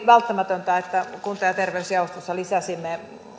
välttämätöntä että kunta ja terveysjaostossa lisäsimme